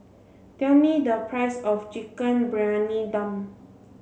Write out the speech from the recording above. tell me the price of chicken Briyani Dum